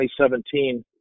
2017